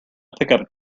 pickup